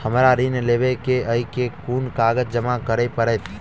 हमरा ऋण लेबै केँ अई केँ कुन कागज जमा करे पड़तै?